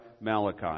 Malachi